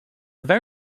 very